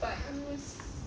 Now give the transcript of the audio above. but